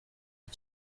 iki